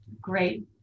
Great